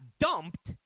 dumped